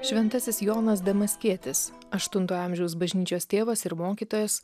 šventasis jonas damaskietis aštunto amžiaus bažnyčios tėvas ir mokytojas